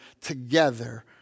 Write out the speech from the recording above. together